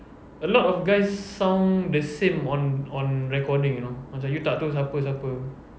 a lot of guys sound the same on on recording you know macam you tak tahu siapa siapa